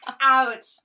Ouch